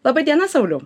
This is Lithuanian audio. laba diena sauliau